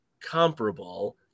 comparable